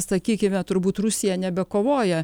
sakykime turbūt rusija nebekovoja